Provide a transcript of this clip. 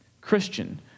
Christian